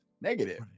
negative